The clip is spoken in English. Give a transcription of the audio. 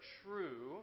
true